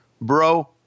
Bro